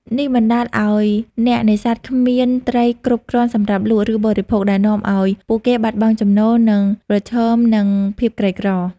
នេះបណ្តាលឱ្យអ្នកនេសាទគ្មានត្រីគ្រប់គ្រាន់សម្រាប់លក់ ឬបរិភោគ ដែលនាំឱ្យពួកគេបាត់បង់ចំណូល និងប្រឈមនឹងភាពក្រីក្រ។